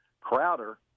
Crowder